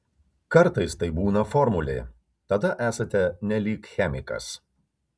kartais tai būna formulė tada esate nelyg chemikas